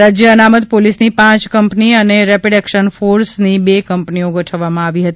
રાજય અનામત પોલીસની પાંચ કંપની અને રેપીડ એકશન ફોર્સની બે કંપનીઓ ગોઠવવામાં આવી હતી